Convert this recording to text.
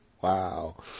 wow